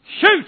Shoot